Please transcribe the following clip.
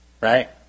right